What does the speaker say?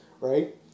right